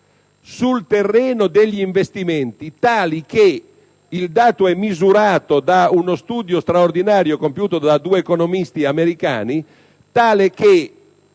sul terreno degli investimenti tali che - il dato è misurato da uno studio straordinario compiuto due economisti americani -